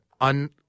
un-